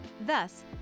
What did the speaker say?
Thus